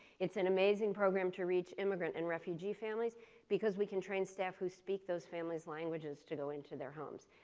it's an amazing program to reach immigrant and refugee families because we can train staff who speak those family's languages to go into their homes.